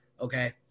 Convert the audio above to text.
Okay